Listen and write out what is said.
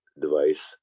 device